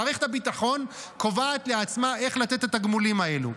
מערכת הביטחון קובעת לעצמה איך לתת את התגמולים האלה.